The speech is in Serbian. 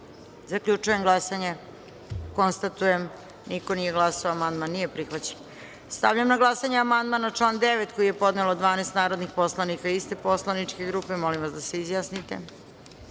Srbije. Zaključujem glasanje i konstatujem da niko nije glasao. Amandman nije prihvaćen. Stavljam na glasanje amandman na član 6. koji je podnelo 12 narodnih poslanika iste poslaničke grupe. Molim vas da se